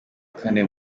kane